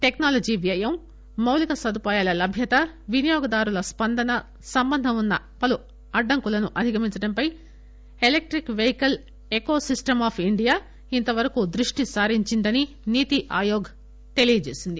technology వ్యయం మౌలిక సదుపాయాల లభ్యత వినియోగ దారుల స్పందనకు సంబంధించిన పలు అడ్డంకులను అధిగమించడంపై electric vehicle ecosystem of India ఇంత వరకు దృష్టి సారించిందని నీతి ఆయోగ్ తెలిపింది